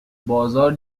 بازار